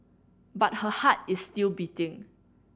but her heart is still beating